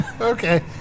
Okay